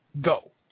Go